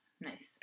Nice